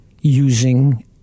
using